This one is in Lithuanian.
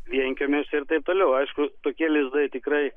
vienkiemiuose ir taip toliau aišku tokie lizdai tikrai